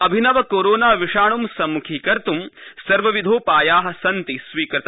अभिनव कोरोनाविषाण् सम्मुखीकर्त् सर्वविधोपाया सन्ति स्वीकृता